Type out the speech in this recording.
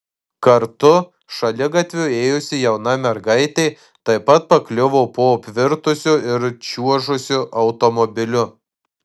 kartu šaligatviu ėjusi jauna mergaitė taip pat pakliuvo po apvirtusiu ir čiuožusiu automobiliu